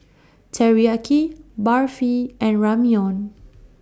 Teriyaki Barfi and Ramyeon